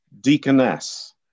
deaconess